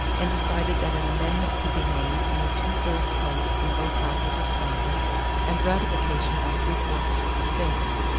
and decided that an amendment could be made on a two-thirds vote in both houses of congress and ratification by three-fourths of the states.